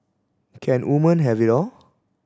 can women have it all